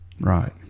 Right